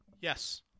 yes